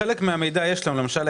חלק מהמידע יש לנו למשל,